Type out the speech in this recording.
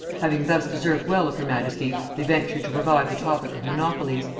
having thus deserved well of her majesty, they ventured to revive the topic of monopolies,